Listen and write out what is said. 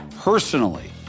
personally